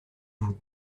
vous